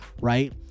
right